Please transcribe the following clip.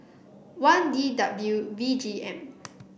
one D W V G M